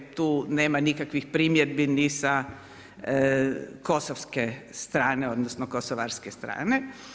Tu nema nikakvih primjedbi ni sa kosovske strane odnosno kosovarske strane.